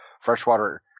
freshwater